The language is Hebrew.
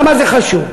למה זה חשוב?